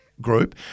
group